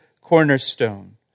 cornerstone